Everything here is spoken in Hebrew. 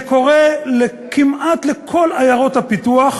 זה קורה כמעט לכל עיירות הפיתוח